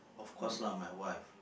of course lah my wife